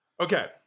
Okay